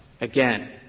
Again